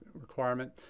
requirement